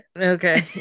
okay